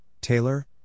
Taylor